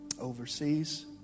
overseas